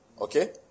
Okay